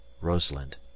Rosalind